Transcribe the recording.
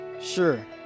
Sure